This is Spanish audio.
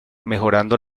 mejorando